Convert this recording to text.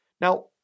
Now